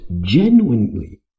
genuinely